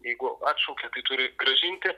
jeigu atšaukia tai turi grąžinti